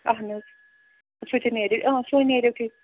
اہن حظ سُہ تہِ نیرِ آ سُہ ہَے نیریو